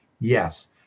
yes